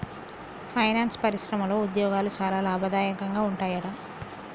finance పరిశ్రమలో ఉద్యోగాలు చాలా లాభదాయకంగా ఉంటాయట